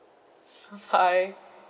bye bye